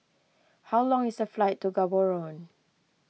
how long is the flight to Gaborone